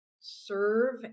serve